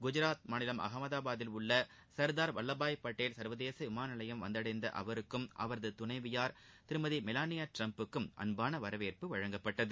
குஜராத் மாநிலம் அகமதாபாத்தில் உள்ள சா்தாா் வல்லபாய் படேல் சா்வதேச விமான நிலையம் வந்தடைந்த அவருக்கும் அவரது துணைவியார் திருமதி மெலானியா ட்டிரம்புக்கும் அன்பான வரவேற்பு அளிக்கப்பட்டது